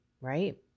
right